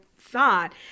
thought